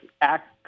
act